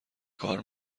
کار